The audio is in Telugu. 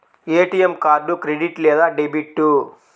ఏ.టీ.ఎం కార్డు క్రెడిట్ లేదా డెబిట్?